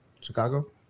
Chicago